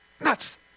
nuts